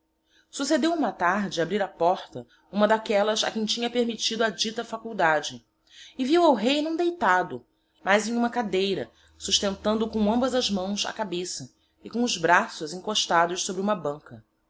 succedeu uma tarde abrir a porta uma d'aquellas a quem tinha permittido a dita faculdade e viu el-rei não deitado mas em uma cadeira sustentando com ambas as mãos a cabeça e com os braços encostados sobre uma banca